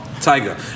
tiger